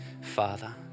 Father